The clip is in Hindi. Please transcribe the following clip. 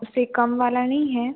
उससे कम वाला नहीं है